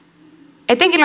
etenkin